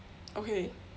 okay